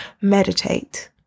meditate